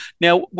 Now